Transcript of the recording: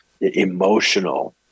emotional